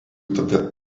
tada